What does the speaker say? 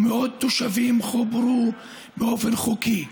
ומאות תושבים חוברו באופן חוקי,